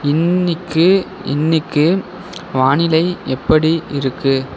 இன்றைக்கு இன்றைக்கு வானிலை எப்படி இருக்குது